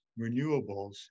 renewables